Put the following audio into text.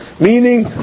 meaning